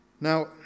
Now